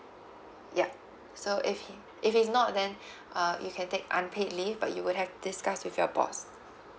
ya so if he if he's not then uh you can take unpaid leave but you will have discuss with your boss